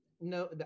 no